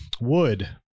Wood